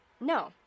No